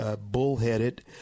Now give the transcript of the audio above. bull-headed